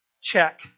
check